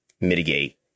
mitigate